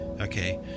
okay